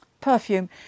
perfume